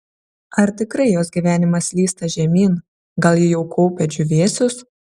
ar tikrai jos gyvenimas slysta žemyn gal ji jau kaupia džiūvėsius